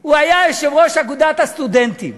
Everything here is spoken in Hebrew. הוא היה יושב-ראש אגודת הסטודנטים,